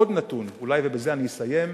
עוד נתון, ובזה אני אסיים,